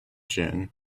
jin